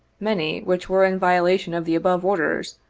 many, which were in violation of the above orders,